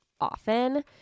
often